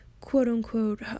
quote-unquote